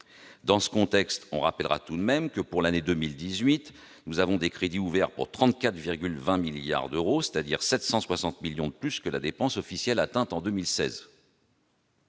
Dans ce contexte, rappelons tout de même que, pour l'année 2018, nous avons des crédits ouverts pour 34,2 milliards d'euros, c'est-à-dire 760 millions de plus que la dépense officiellement atteinte en 2016.